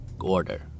order